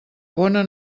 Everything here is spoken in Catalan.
bona